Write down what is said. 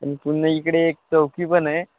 आणि पुन्हा इकडे एक चौकी पण आहे